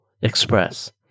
Express